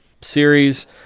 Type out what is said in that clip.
series